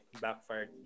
Backfire